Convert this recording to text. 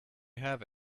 have